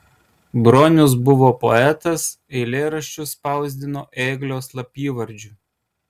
bronius buvo poetas eilėraščius spausdino ėglio slapyvardžiu